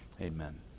amen